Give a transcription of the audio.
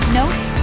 notes